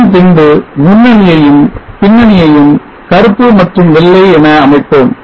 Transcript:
அதன்பின்பு முன்னணியையும் பின்னணியையும் கருப்பு மற்றும் வெள்ளை என அமைப்போம்